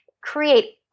create